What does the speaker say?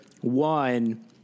one